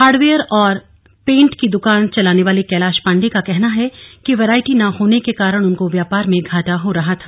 hardware और paint की द्वान चलाने वाले कैलाश पांडे का कहना है कि वैरायटी न होने के कारण उनको व्यापार में घाटा हो रहा था